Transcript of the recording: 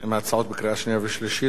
התחרות),